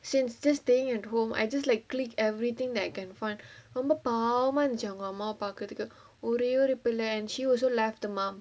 since just staying at home I just like click everything the I can find ரொம்ப பாவமா இருந்துச்சு அவங்க அம்மாவா பாக்குறதுக்கு ஒரே ஒரு பிள்ள:romba paavamaa irunthuchu avanga ammaavaa paakkurathukku orae oru pilla and she also love the mom